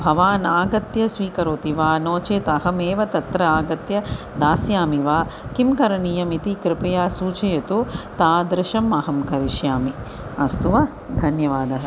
भवान् आगत्य स्वीकरोति वा नो चेत् अहमेव तत्र आगत्य दास्यामि वा किं करणीयमिति कृपया सूचयतु तादृशमहं करिष्यामि अस्तु वा धन्यवादः